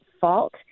fault—